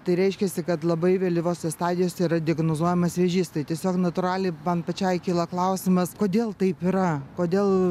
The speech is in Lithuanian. tai reiškiasi kad labai vėlyvose stadijose yra diagnozuojamas vėžys tai tiesiog natūraliai man pačiai kyla klausimas kodėl taip yra kodėl